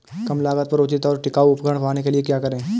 कम लागत पर उचित और टिकाऊ उपकरण पाने के लिए क्या करें?